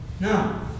No